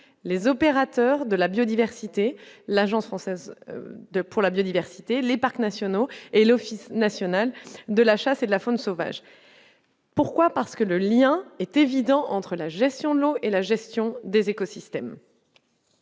les opérateurs de la biodiversité, l'Agence française de pour la biodiversité, les parcs nationaux et l'Office national de la chasse et de la faune sauvage, pourquoi, parce que le lien est évident entre la gestion de l'eau et la gestion des écosystèmes.